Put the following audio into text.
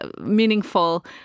meaningful